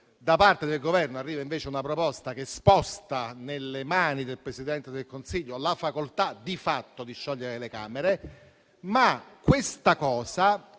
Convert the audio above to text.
da parte del Governo arriva invece una proposta che sposta nelle mani del Presidente del Consiglio la facoltà di fatto di sciogliere le Camere. Questa cosa